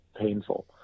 painful